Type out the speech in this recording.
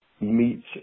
meets